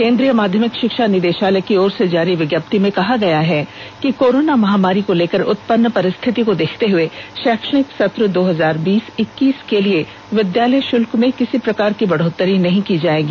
केन्द्रीय माध्यमिक षिक्षा निदेषालय की ओर से जारी विज्ञप्ति में कहा गया है कि कोरोना महामारी को लेकर उत्पन्न परिस्थिति को देखते हुए शैक्षणिक सत्र दो हजार बीस इक्कीस के लिए विद्यालय शुल्क में किसी प्रकार की बढ़ोत्तरी नहीं की जाएगी